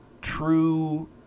true